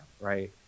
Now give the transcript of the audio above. right